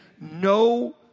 no